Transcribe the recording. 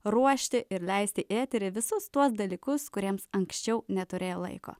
ruošti ir leisti į eterį visus tuos dalykus kuriems anksčiau neturėjo laiko